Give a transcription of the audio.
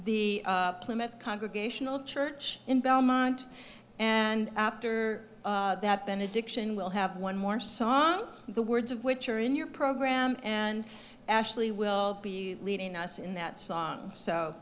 the plymouth congregational church in belmont and after that benediction will have one more song the words of which are in your program and ashley will be leading us in that song so